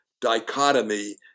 dichotomy